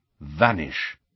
vanish